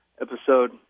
episode